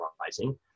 rising